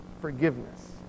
forgiveness